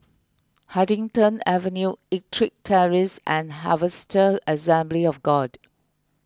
Huddington Avenue Ettrick Terrace and Harvester Assembly of God